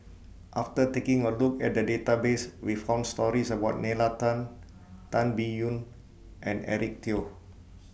after taking A Look At The Database We found stories about Nalla Tan Tan Biyun and Eric Teo